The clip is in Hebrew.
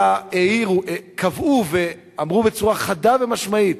קבעו ואמרו בצורה חדה ומשמעית,